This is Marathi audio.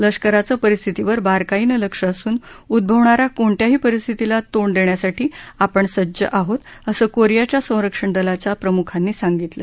लष्कराचं परिस्थितीवर बारकाईनं लक्षं असून उद्भवणाऱ्या कोणत्याही परिस्थितीला तोंड देण्यासाठी आपण सज्ज आहोत असं कोरियाच्या संरक्षण दलांच्या प्रमुखांनी सांगितलं